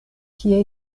kie